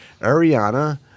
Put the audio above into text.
Ariana